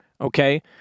okay